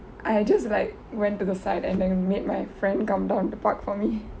I just like went to the side and then made my friend come down to park for me